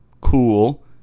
cool